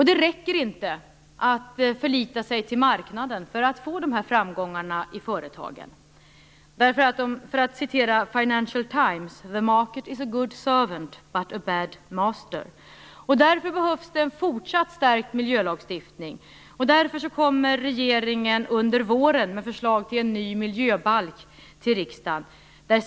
Det räcker inte att förlita sig till marknaden för att få dessa framgångar i företagen, eller som det står i Financial Times: The market is a good servant but a bad master. Därför behövs det en fortsatt stärkt miljölagstiftning. Därför kommer regeringen under våren med förslag till en ny miljöbalk till riksdagen.